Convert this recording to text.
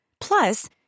Plus